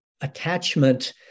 attachment